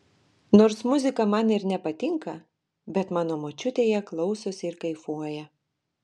nors muzika man ir nepatinka bet mano močiutė ją klausosi ir kaifuoja